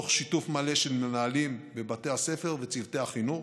בשיתוף מלא של מנהלים בבתי הספר וצוותי החינוך,